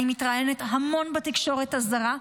אני מתראיינת המון בתקשורת הזרה.